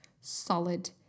solid